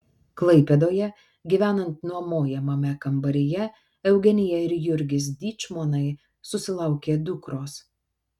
klaipėdoje gyvenant nuomojamame kambaryje eugenija ir jurgis dyčmonai susilaukė dukros